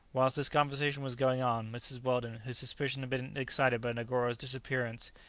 whilst this conversation was going on, mrs. weldon, whose suspicions had been excited by negoro's disappearance,